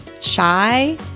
shy